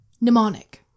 mnemonic